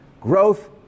Growth